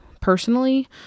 personally